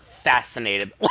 fascinated